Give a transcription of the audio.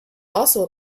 also